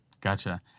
Gotcha